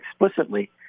explicitly